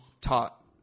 taught